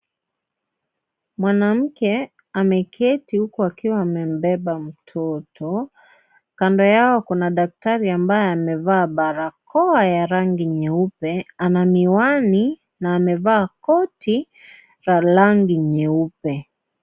Mwanamke ameketi huku akiwa amembeba mtoto, kando yao kuna daktari ambaye amevaa barakoa ya rangi nyeupe, ana miwani na amevaa koti la rangi nyeupe.